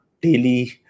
daily